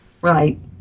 Right